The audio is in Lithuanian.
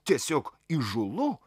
tiesiog įžūlu